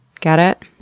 get it?